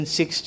six